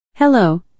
Hello